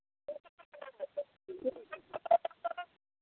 ठीक है